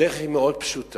הדרך היא מאוד פשוטה: